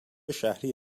شهری